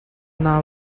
naa